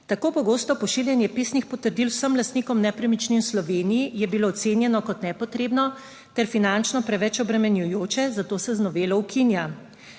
Tako pogosto pošiljanje pisnih potrdil vsem lastnikom nepremičnin v Sloveniji je bilo ocenjeno kot nepotrebno ter finančno preveč obremenjujoče, zato se z novelo ukinja.